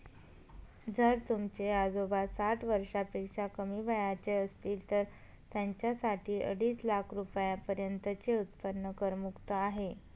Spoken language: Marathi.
जर तुमचे आजोबा साठ वर्षापेक्षा कमी वयाचे असतील तर त्यांच्यासाठी अडीच लाख रुपयांपर्यंतचे उत्पन्न करमुक्त आहे